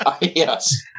Yes